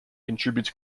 contributes